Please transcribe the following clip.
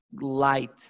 light